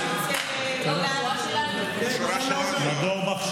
התשפ"ד 2024,